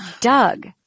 Doug